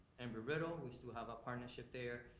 amber riddle, we still have a partnership there,